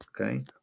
Okay